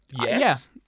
Yes